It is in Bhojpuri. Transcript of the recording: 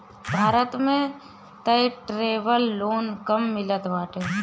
भारत में तअ ट्रैवलर लोन कम मिलत बाटे